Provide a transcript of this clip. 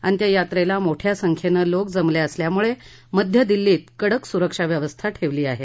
अंत्ययात्रेला मोठ्या संख्येन लोक जमले असल्यामुळे मध्य दिल्लीत कडक सुरक्षा व्यवस्था ठेवली आहे